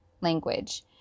language